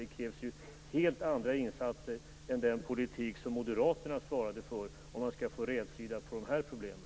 Det krävs ju helt andra insatser än den politik som moderaterna svarade för för att få rätsida på de här problemen.